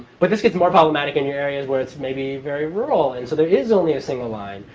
but this gets more problematic in your areas where it's maybe very rural and so there is only a single line.